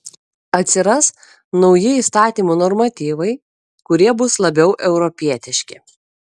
atsiras nauji įstatymų normatyvai kurie bus labiau europietiški